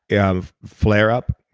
you have flare up?